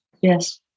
yes